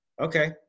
Okay